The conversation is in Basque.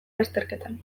lasterketan